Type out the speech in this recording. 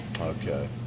okay